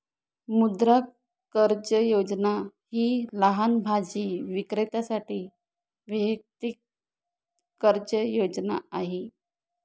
मुद्रा कर्ज योजना ही लहान भाजी विक्रेत्यांसाठी वैयक्तिक कर्ज योजना आहे